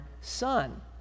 son